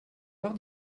heure